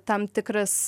tam tikras